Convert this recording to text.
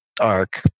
arc